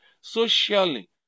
socially